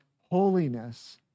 holiness